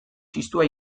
txistua